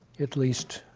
at least,